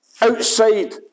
Outside